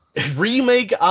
Remake